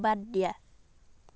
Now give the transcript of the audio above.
বাদ দিয়া